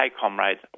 comrades